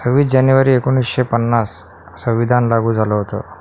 सव्वीस जानेवारी एकोणीसशे पन्नास संविधान लागू झालं होतं